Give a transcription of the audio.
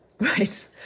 Right